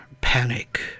panic